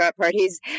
parties